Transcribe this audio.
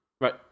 Right